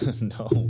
No